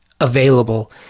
available